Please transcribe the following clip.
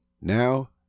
now